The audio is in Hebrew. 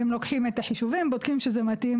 הם לוקחים את החישובים ובודקים שזה מתאים